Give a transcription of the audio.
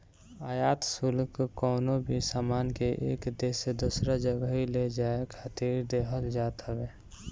आयात शुल्क कवनो भी सामान के एक देस से दूसरा जगही ले जाए खातिर देहल जात हवे